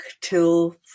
till